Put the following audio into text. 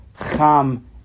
Cham